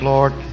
Lord